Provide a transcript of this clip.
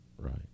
Right